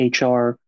HR